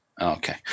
Okay